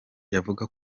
yavuga